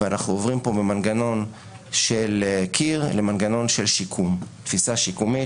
ואנחנו עוברים פה ממנגנון של קיר למנגנון של שיקום; תפיסה שיקומית